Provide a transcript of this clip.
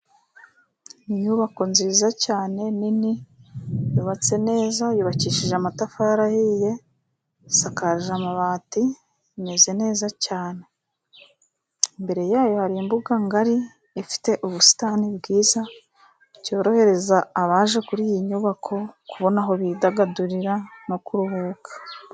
Inyubako nziza cyane, nini, yubatse neza, yubakishije amatafari ahiye, isakaje amabati, imeza neza cyane. Imbere yayo hari imbuga ngari ifite ubusitani bwiza, byohereza abaje kuri iyi nyubako kubona aho bidagadurira no kuruhuka.